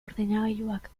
ordenagailuak